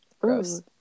Gross